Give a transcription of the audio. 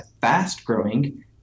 fast-growing